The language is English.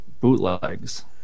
bootlegs